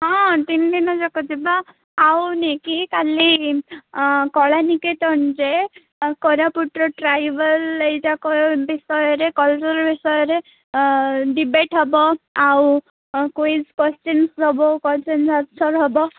ହଁ ତିନ ଦିନ ଯାକ ଯିବା ଆଉ କାଲି କଳା ନିକେତନରେ କୋରାପୁଟର ଟ୍ରାଇବାଲ୍ ଏଇଟା ବିଷୟରେ କଲଚର୍ ବିଷୟରେ ଡିବେଟ୍ ହବ ଆଉ କୁଇଜ୍ କୋଶ୍ଚିନ୍ ସବୁ କୋଶ୍ଚିନ୍ ଆନ୍ସର୍ ହବ